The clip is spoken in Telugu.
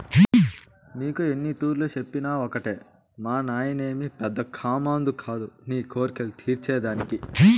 నీకు ఎన్నితూర్లు చెప్పినా ఒకటే మానాయనేమి పెద్ద కామందు కాదు నీ కోర్కెలు తీర్చే దానికి